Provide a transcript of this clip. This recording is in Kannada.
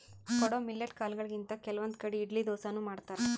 ಕೊಡೊ ಮಿಲ್ಲೆಟ್ ಕಾಲ್ಗೊಳಿಂತ್ ಕೆಲವಂದ್ ಕಡಿ ಇಡ್ಲಿ ದೋಸಾನು ಮಾಡ್ತಾರ್